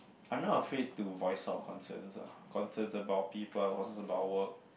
I'm not afraid to voice out concerns lah concerns about people concerns about work